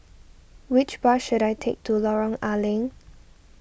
which bus should I take to Lorong A Leng